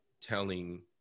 telling